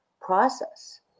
process